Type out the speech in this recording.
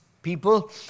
people